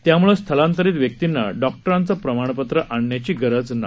त्याम्ळं स्थलांतरित व्यक्तींना डॉक्टरांचे प्रमाणपत्र आणण्याची गरज नाही